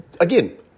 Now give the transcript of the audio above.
again